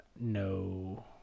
no